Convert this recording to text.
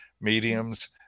mediums